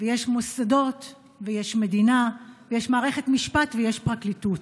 ויש מוסדות ויש מדינה ויש מערכת משפט ויש פרקליטות,